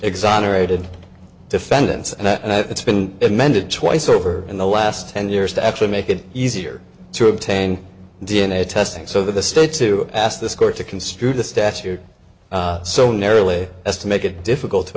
exonerated defendants and it's been amended twice over in the last ten years to actually make it easier to obtain d n a testing so that the states to ask this court to construe the statute so narrowly as to make it difficult to